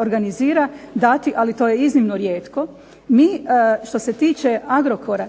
organizira dati ali to je iznimno rijetko. Mi što se tiče Agrokora